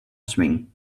swing